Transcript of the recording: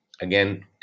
again